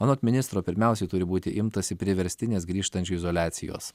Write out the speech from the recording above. anot ministro pirmiausiai turi būti imtasi priverstinės grįžtančiųjų izoliacijos